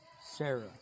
Sarah